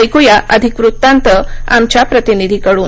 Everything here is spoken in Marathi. ऐकूया अधिक वृत्तांत आमच्या प्रतिनिधीकडून